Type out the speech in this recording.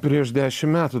prieš dešim metų